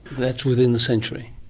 that's within the century?